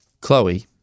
Chloe